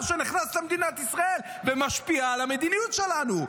שנכנס למדינת ישראל ומשפיע על המדיניות שלנו?